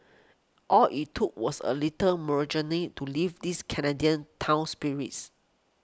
all it too was a little moral journey to lift this Canadian town's spirits